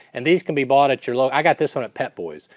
and these can be bought at your. like i got this one at pep boys.